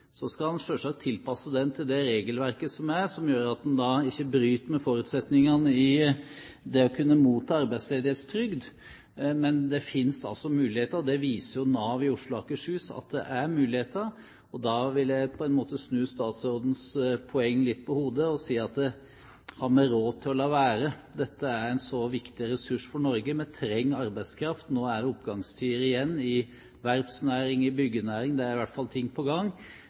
Så skal en selvsagt tilpasse den det regelverket som er, som gjør at en ikke bryter med forutsetningene for å kunne motta arbeidsledighetstrygd. Men det finnes altså muligheter, og Nav i Oslo og Akershus viser at det er muligheter. Da vil jeg på en måte snu statsrådens poeng litt på hodet og si: Har vi råd til å la være? Dette er en så viktig ressurs for Norge. Vi trenger arbeidskraft. Nå er det igjen oppgangstider i verftsnæringen og i byggenæringen – det er i hvert fall ting på gang.